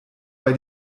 bei